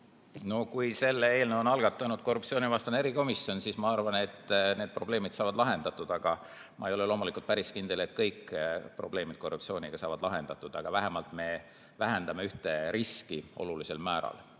No kui selle eelnõu on algatanud korruptsioonivastane erikomisjon, siis ma arvan, et need probleemid saavad lahendatud. Aga ma ei ole loomulikult päris kindel, et kõik probleemid korruptsiooniga saavad lahendatud. Ent vähemalt me vähendame ühte riski olulisel määral.